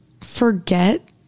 forget